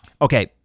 okay